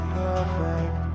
perfect